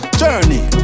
journey